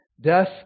death